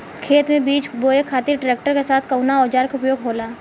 खेत में बीज बोए खातिर ट्रैक्टर के साथ कउना औजार क उपयोग होला?